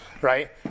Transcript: right